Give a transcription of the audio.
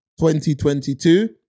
2022